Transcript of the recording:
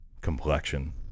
complexion